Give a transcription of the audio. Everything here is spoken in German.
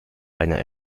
einer